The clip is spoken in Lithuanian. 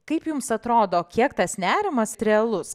kaip jums atrodo kiek tas nerimas realus